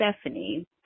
Stephanie